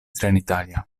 trenitalia